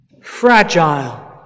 fragile